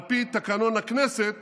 ועל פי תקנון הכנסת